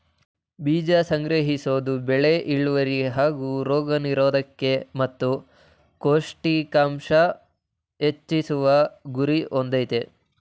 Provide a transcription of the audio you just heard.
ಬೀಜ ಸಂಗ್ರಹಿಸೋದು ಬೆಳೆ ಇಳ್ವರಿ ಹಾಗೂ ರೋಗ ನಿರೋದ್ಕತೆ ಮತ್ತು ಪೌಷ್ಟಿಕಾಂಶ ಹೆಚ್ಚಿಸುವ ಗುರಿ ಹೊಂದಯ್ತೆ